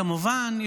כמובן,